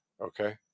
Okay